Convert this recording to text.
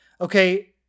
okay